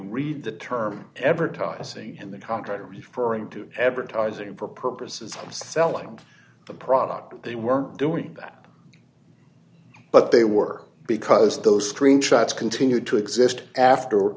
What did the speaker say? read the term ever tossing in the contract referring to everett izing for purposes of selling the product they weren't doing that but they work because those screenshots continued to exist after